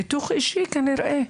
ביטוח בריאות פרטי כנראה.